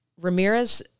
Ramirez